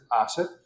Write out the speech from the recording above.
asset